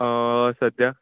सद्याक